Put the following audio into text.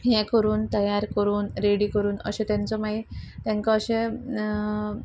हें करून तयार करून रेडी करून अशें तांचो मागीर तांका अशें